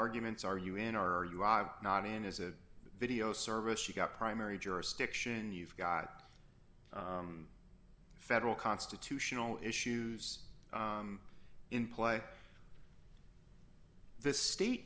arguments are you in are you dr not in as a video service she got primary jurisdiction you've got federal constitutional issues in play this state